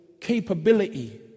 capability